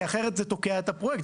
כי אחרת זה תוקע את הפרויקט.